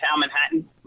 Manhattan